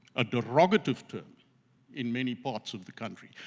a derogative term in many parts of the country.